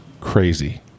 crazy